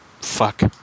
fuck